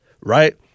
right